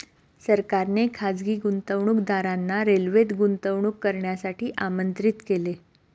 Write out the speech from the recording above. सरकारने खासगी गुंतवणूकदारांना रेल्वेत गुंतवणूक करण्यासाठी आमंत्रित केले